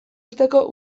urteko